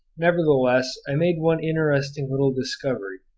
nevertheless i made one interesting little discovery,